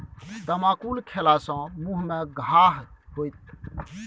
तमाकुल खेला सँ मुँह मे घाह होएत